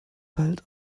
bald